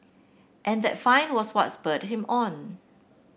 and that find was what spurred him on